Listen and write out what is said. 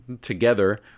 together